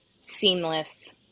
seamless